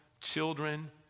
children